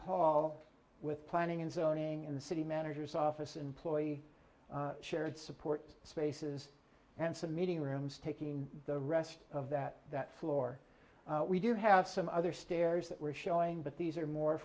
hall with planning and zoning in the city manager's office employee shared support spaces and some meeting rooms taking the rest of that that floor we do have some other stairs that we're showing but these are more